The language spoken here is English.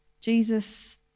Jesus